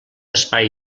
espai